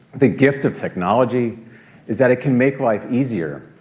the gift of technology is that it can make life easier,